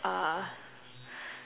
uh